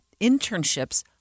internships